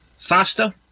faster